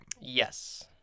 Yes